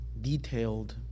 detailed